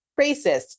racist